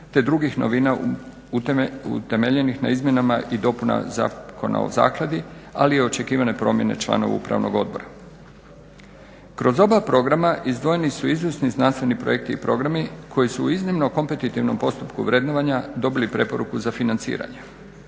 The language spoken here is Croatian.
te drugih novina utemeljenih na izmjenama i dopunama Zakona o zakladi ali očekivane promjene članova upravnog odbora. Kroz oba programa izdvojeni su izvrsni znanstveni projekti i programi koji su u iznimno kompetitivnom postupku vrednovanja dobili preporuku za financiranje.